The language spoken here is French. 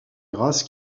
grasse